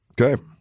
Okay